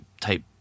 type